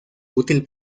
útil